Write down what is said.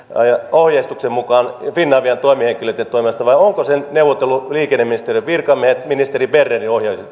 ohjeistuksen mukaan finavian toimihenkilöitten toimesta vai ovatko sen neuvotelleet liikenneministeriön virkamiehet ministeri